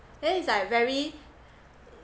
then it's like very